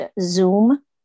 Zoom